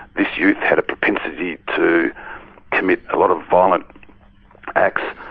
this youth had a propensity to commit a lot of violent acts.